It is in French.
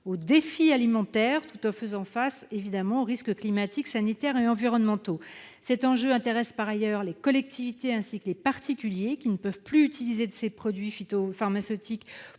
au défi alimentaire, tout en faisant face aux risques climatiques, sanitaires et environnementaux. Il intéresse, par ailleurs, les collectivités, ainsi que les particuliers, qui ne peuvent plus utiliser de produits phytosanitaires